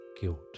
guilt